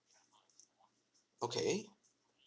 okay